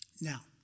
Now